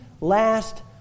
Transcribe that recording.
last